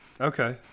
Okay